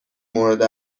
مورد